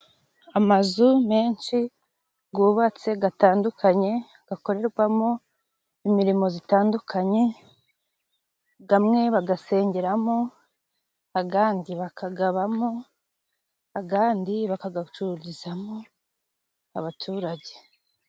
Amazu menshi gubatse gatandukanye, gakorerwamo imirimo zitandukanye, gamwe bagasengeramo, agandi bakagabamo, agandi bakagacururizamo abaturage.